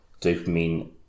dopamine